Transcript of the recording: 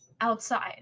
outside